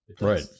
Right